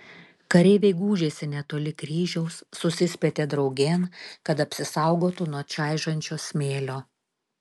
kareiviai gūžėsi netoli kryžiaus susispietė draugėn kad apsisaugotų nuo čaižančio smėlio